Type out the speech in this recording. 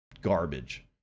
garbage